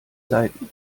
seiten